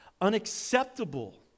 unacceptable